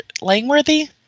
Langworthy